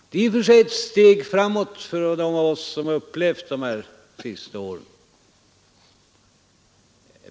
Det är i och för sig ett steg framåt för dem av oss som har upplevt de sista åren.